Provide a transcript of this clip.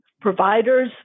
providers